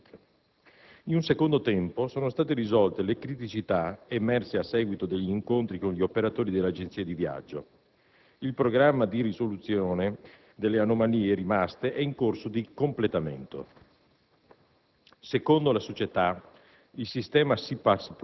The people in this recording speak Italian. comprendenti cambi, rimborsi, forme di pagamento ed altro ancora. In un secondo tempo, sono state risolte le criticità emerse a seguito degli incontri con gli operatori delle agenzie di viaggio. Il programma di risoluzione delle anomalie rimaste è in corso di completamento.